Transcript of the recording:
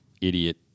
idiot